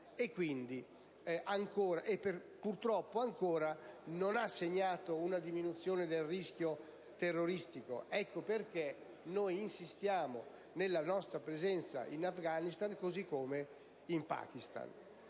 ma purtroppo non ha ancora segnato una diminuzione del rischio terroristico; ecco perché insistiamo nella nostra presenza in Afghanistan, così come in Pakistan.